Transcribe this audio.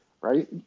right